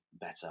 better